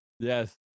Yes